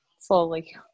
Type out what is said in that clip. slowly